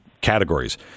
categories